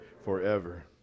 forever